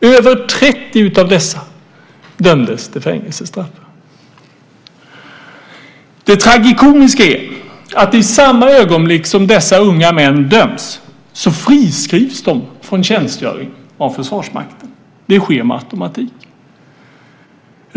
Över 30 av dessa dömdes till fängelsestraff. Det tragikomiska är att i samma ögonblick som dessa unga män döms friskrivs de från tjänstgöring av Försvarsmakten. Det sker med automatik.